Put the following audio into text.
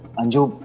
anju!